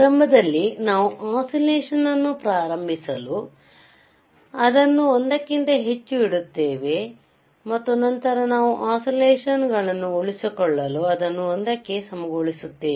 ಆರಂಭದಲ್ಲಿ ನಾವು ಒಸಿಲೇಶನ್ ನನ್ನು ಪ್ರಾರಂಭಿಸಲು ಅದನ್ನು 1 ಕ್ಕಿಂತ ಹೆಚ್ಚು ಇಡುತ್ತೇವೆ ಮತ್ತು ನಂತರ ನಾವು ಒಸಿಲೇಶನ್ ಗಳನ್ನು ಉಳಿಸಿಕೊಳ್ಳಲು ಅದನ್ನು 1 ಕ್ಕೆ ಸಮಗೊಳಿಸುತ್ತೇವೆ